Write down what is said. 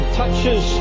touches